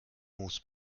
moos